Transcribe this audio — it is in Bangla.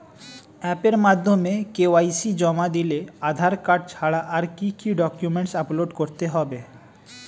অ্যাপের মাধ্যমে কে.ওয়াই.সি জমা দিলে আধার কার্ড ছাড়া আর কি কি ডকুমেন্টস আপলোড করতে হবে?